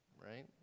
right